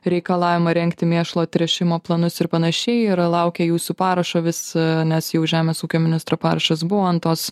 reikalavimą rengti mėšlo tręšimo planus ir panašiai ir laukia jūsų parašo vis nes jau žemės ūkio ministro parašas buvo ant tos